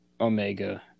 Omega